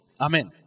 Amen